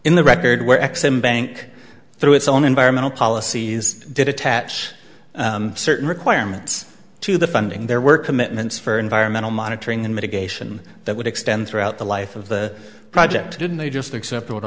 in the record where ex im bank through its own environmental policies did attach certain requirements to the funding there were commitments for environmental monitoring and mitigation that would extend throughout the life of the project didn't they just accept